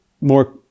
more